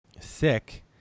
sick